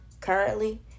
currently